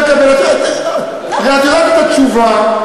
הרי את יודעת את התשובה.